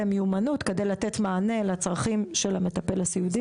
מיומנות כדי לתת מענה לצרכים של המטפל הסיעודי.